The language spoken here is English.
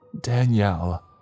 Danielle